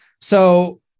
So-